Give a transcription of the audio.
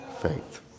faith